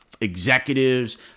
executives